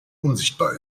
unsichtbar